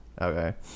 okay